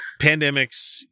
Pandemics